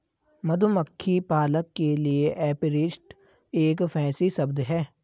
मधुमक्खी पालक के लिए एपीरिस्ट एक फैंसी शब्द है